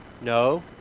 No